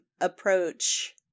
approach